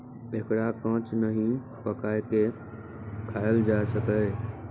एकरा कांच नहि, पकाइये के खायल जा सकैए